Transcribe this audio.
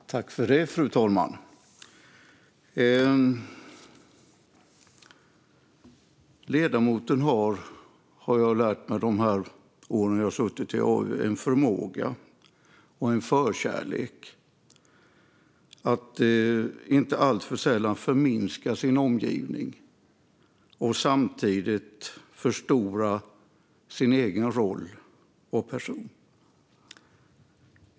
Fru talman! Under de år jag har suttit i AU har jag lärt mig att ledamoten har en förmåga och en förkärlek för att inte alltför sällan förminska sin omgivning och samtidigt förstora sin egen roll och person.